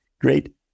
Great